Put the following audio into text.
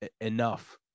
enough